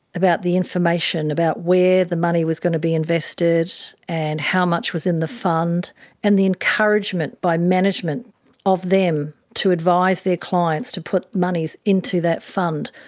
about the information, about where the money was going to be invested and how much was in the fund and the encouragement by management of them to advise their clients to put monies into that fund.